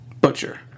Butcher